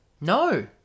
no